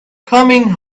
coming